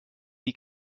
die